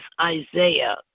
Isaiah